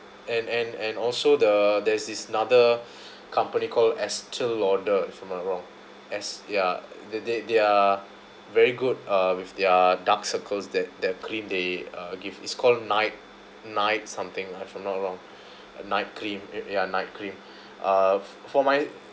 and and and also the there's this another company called Estee Lauder if I'm not wrong es~ ya they they they are very good uh with their dark circles that their cream they uh give is called night night something lah if I'm not wrong uh night cream uh ya night cream uh for my